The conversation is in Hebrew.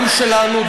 גם שלנו,